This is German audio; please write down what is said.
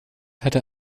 hatte